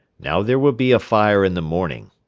now there will be a fire in the morning,